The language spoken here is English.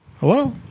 Hello